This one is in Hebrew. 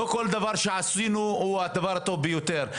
לא כל דבר שעשינו הוא הדבר הטוב ביותר.